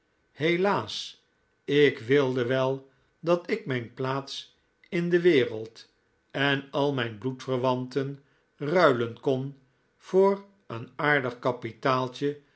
helaas ik wilde wel dat ik mijn plaats in de wereld en al mijn bloedverwanten ruilen kon voor een aardig